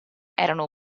erano